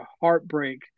heartbreak